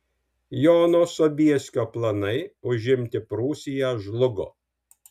jono sobieskio planai užimti prūsiją žlugo